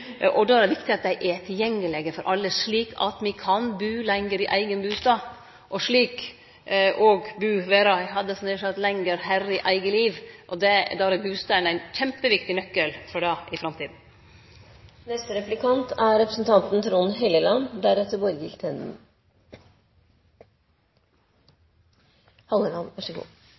Då er det viktig at dei er tilgjengelege for alle, slik at me kan bu lenger i eigen bustad, og slik vere – hadde eg nær sagt – lenger herre i eige liv. Bustaden er ein kjempeviktig nøkkel for det i framtida. Jeg registrerer at mens bøndene raser, de offentlig ansatte streiker og det er